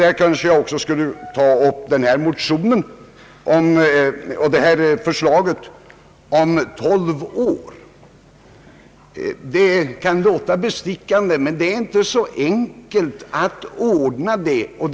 Här kanske man också kunde ta upp förslaget om 12 år. Det kan låta bestickande, men det är inte så enkelt att ordna.